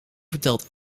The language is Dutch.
verteld